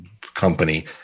company